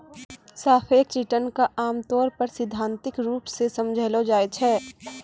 सापेक्ष रिटर्न क आमतौर पर सैद्धांतिक रूप सें समझलो जाय छै